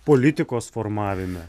politikos formavime